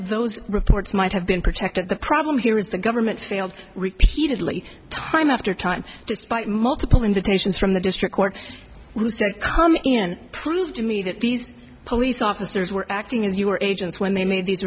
those reports might have been protected the problem here is the government failed repeatedly time after time despite multiple invitations from the district court who said come in prove to me that these police officers were acting as you were agents when they made these